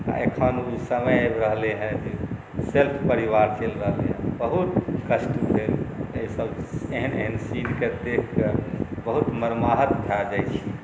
एखन समय आबि रहलै हँ जे सेल्फ परिवार रहि गेलै हँ बहुत कष्ट भेल एहिसब एहन एहन सीनके देखिकऽ बहुत मर्माहत भऽ जाइ छी